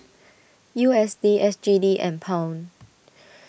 U S D S G D and Pound